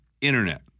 internet